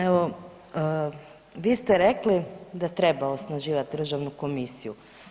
Evo vi ste rekli da treba osnaživati državnu komisiju.